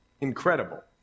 incredible